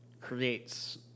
creates